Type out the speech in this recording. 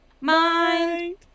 mind